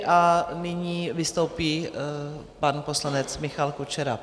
A nyní vystoupí pan poslanec Michal Kučera.